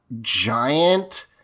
giant